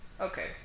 Okay